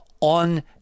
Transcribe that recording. on